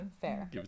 fair